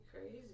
crazy